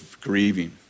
grieving